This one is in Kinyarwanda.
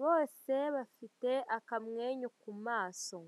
bose bafite akamwenyu ku maso.